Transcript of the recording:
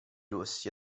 rossi